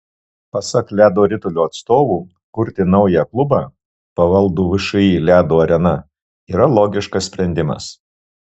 pasak ledo ritulio atstovų kurti naują klubą pavaldų všį ledo arena yra logiškas sprendimas